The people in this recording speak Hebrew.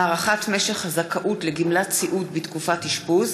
(הארכת משך הזכאות לגמלת סיעוד בתקופת אשפוז),